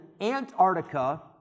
Antarctica